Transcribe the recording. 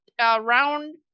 round